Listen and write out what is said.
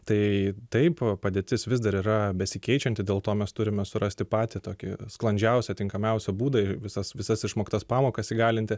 tai taip padėtis vis dar yra besikeičianti dėl to mes turime surasti patį tokį sklandžiausią tinkamiausią būdą ir visas visas išmoktas pamokas įgalinti